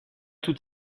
tout